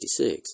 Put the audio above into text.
1966